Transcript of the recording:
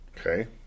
Okay